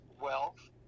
wealth